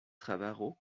trabajó